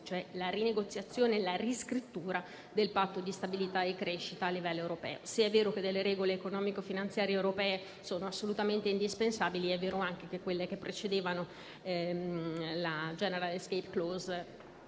cioè la rinegoziazione e la riscrittura del Patto di stabilità e crescita a livello europeo. Se è vero che le regole economico finanziarie europee sono assolutamente indispensabili, è vero anche che quelle che precedevano la *general escape clause*